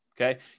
okay